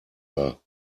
war